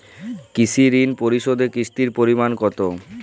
কৃষি ঋণ পরিশোধের কিস্তির পরিমাণ কতো?